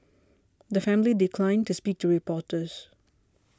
the family declined to speak to reporters